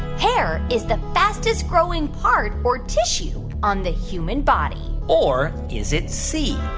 hair is the fastest growing part or tissue on the human body? or is it c,